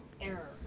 Error